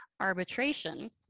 Arbitration